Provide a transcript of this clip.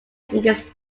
against